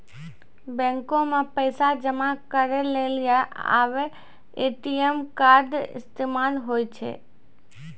बैको मे पैसा जमा करै लेली आबे ए.टी.एम कार्ड इस्तेमाल होय छै